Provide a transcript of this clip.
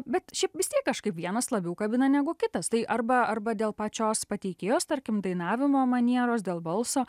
bet šiaip vis tiek kažkaip vienas labiau kabina negu kitas tai arba arba dėl pačios pateikėjos tarkim dainavimo manieros dėl balso